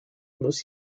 muss